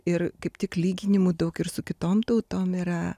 ir kaip tik lyginimų daug ir su kitom tautom yra